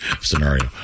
scenario